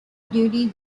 duty